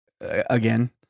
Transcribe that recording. again